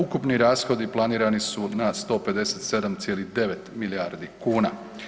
Ukupni rashodi planirani su od nas 157,9 milijardi kuna.